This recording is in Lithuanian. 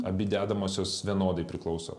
abi dedamosios vienodai priklauso